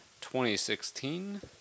2016